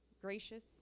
gracious